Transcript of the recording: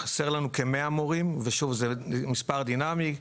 חסרים לנו כ-100 מורים, ושוב, זה מספר דינמי.